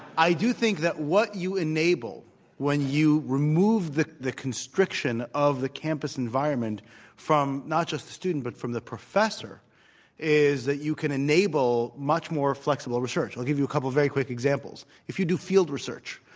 i do think that what you enable when you remove the the constriction of the campus environment from not just the student but from the professor is that you can enable much more flexible research. i'll give you a couple of very quick examples. if you do field research,